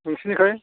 नोंसोरनिथिं